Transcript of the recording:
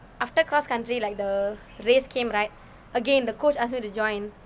after cross country like the race came right again the coach ask me to join